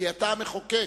כי אתה המחוקק,